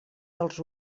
dels